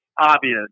obvious